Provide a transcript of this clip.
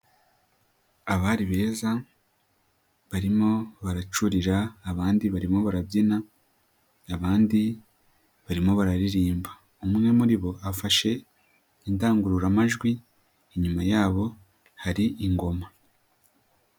Abari beza barimo baracurira, abandi barimo barabyina, abandi barimo bararirimba, umwe muri bo afashe indangururamajwi, inyuma yabo hari ingoma.